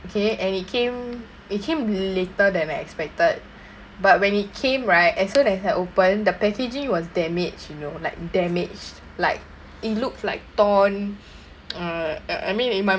okay and it came it came later than I expected but when it came right as soon as I opened the packaging was damaged you know like damaged like it looks like torn uh I mean in my